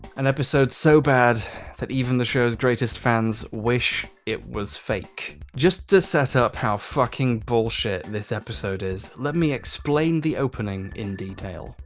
an episode so bad that even the show's greatest fans wish it was fake. just to set up how fucking bullshit this episode is, let me explain the opening in detail.